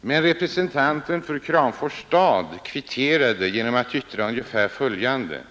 Men representanten för Kramfors stad kvitterade genom att yttra ungefär följande: